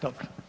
Dobro.